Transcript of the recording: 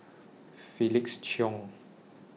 Felix Cheong